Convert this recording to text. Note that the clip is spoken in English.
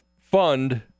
fund